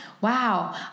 Wow